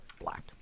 Black